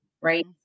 right